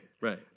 Right